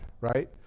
right